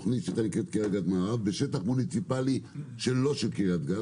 בשטח מוניציפלי לא של קריית גת,